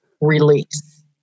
release